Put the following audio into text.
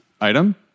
item